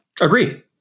Agree